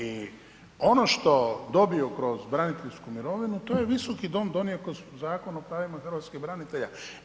I ono što dobiju kroz braniteljsku mirovinu to je Visoki dom donio kroz Zakon o pravima hrvatskih branitelja.